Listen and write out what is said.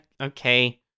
okay